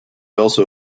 also